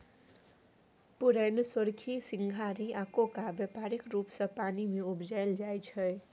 पुरैण, सोरखी, सिंघारि आ कोका बेपारिक रुप सँ पानि मे उपजाएल जाइ छै